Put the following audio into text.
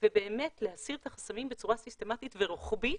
ובאמת להסיר את החסמים בצורה סיסטמתית ורוחבית